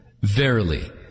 Verily